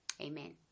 Amen